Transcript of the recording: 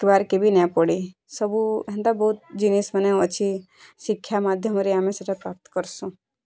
ଶିକ୍ଷିବାର୍କେ ବି ନାଇଁ ପଡ଼େ ସବୁ ହେନ୍ତା ବୋହୁତ୍ ଜିନିଷ୍ ମାନେ ଅଛି ଶିକ୍ଷା ମାଧ୍ୟମରେ ଆମେ ସେଟା ପ୍ରାପ୍ତ କରସୁଁ